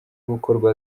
gukorwa